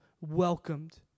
Welcomed